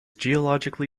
geologically